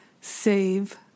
save